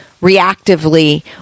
reactively